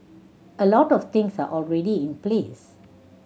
a lot things are already in place